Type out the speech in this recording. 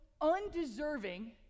undeserving